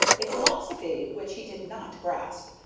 a philosophy which he did not grasp,